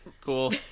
Cool